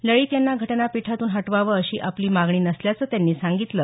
लळित यांना घटनापीठातून हटवावं अशी आपली मागणी नसल्याचं त्यांनी सांगितलं